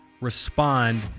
respond